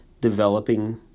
developing